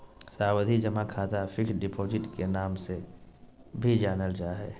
सावधि जमा खाता फिक्स्ड डिपॉजिट के नाम से भी जानल जा हय